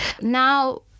Now